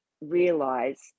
realize